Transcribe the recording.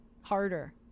Harder